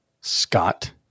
Scott